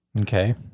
Okay